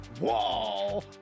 Wall